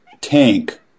tank